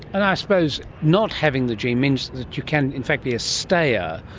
and i suppose not having the gene means that you can in fact be a stayer,